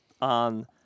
on